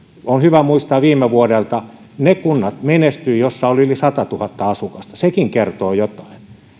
on hyvä muistaa viime vuodelta että ne kunnat menestyivät joissa oli yli satatuhatta asukasta sekin kertoo jotain